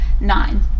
Nine